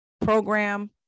program